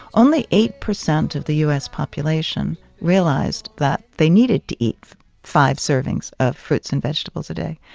only eight percent of the u s. population realized that they needed to eat five servings of fruits and vegetables a day.